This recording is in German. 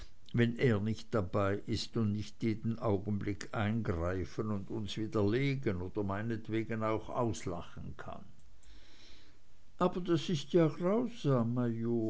wenn er nicht dabei ist und nicht jeden augenblick eingreifen und uns widerlegen oder meinetwegen auch auslachen kann aber das ist ja grausam